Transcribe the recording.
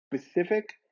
specific